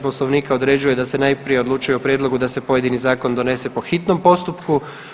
Poslovnika određuje da se najprije odlučuje o prijedlogu da se pojedini zakon donese po hitnom postupku.